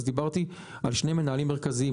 דיברתי על שני מנהלים מרכזיים,